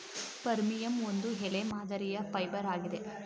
ಫರ್ಮಿಯಂ ಒಂದು ಎಲೆ ಮಾದರಿಯ ಫೈಬರ್ ಆಗಿದೆ